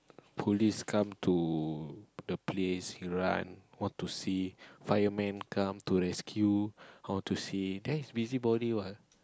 police come to the place run what to see fireman come to rescue how to see that's busybody what